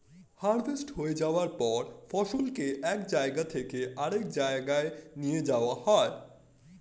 harvest হয়ে যাওয়ার পর ফসলকে এক জায়গা থেকে আরেক জায়গায় নিয়ে যাওয়া হয়